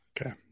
okay